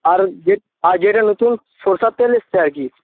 আর আর যেটা নতুন সরষের তেল এসেছে আর কি